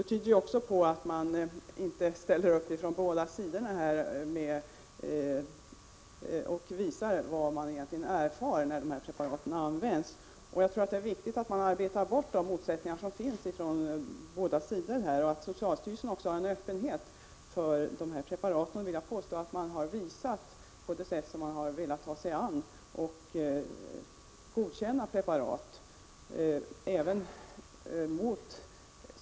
Det tyder på att man inte från båda sidor ställer upp och visar vad man egentligen erfar av användningen av dessa preparat. Det är viktigt att man arbetar bort de motsättningar som finns hos båda sidor och att socialstyrelsen också är öppen i sin attityd till dessa preparat. Jag vill påstå att socialstyrelsen även har visat en sådan öppenhet. Det framgår av det sätt på vilket man har tagit sig an denna fråga.